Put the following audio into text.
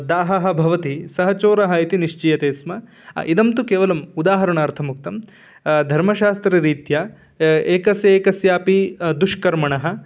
दाहः भवति सः चोरः इति निश्चीयते स्म इदं तु केवलम् उदाहरणार्थम् उक्तं धर्मशास्त्ररीत्या एकस्य एकस्यापि दुष्कर्मणः